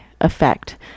effect